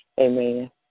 Amen